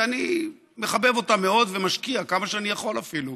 אני מחבב אותם מאוד ומשקיע כמה שאני יכול אפילו